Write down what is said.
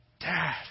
Dad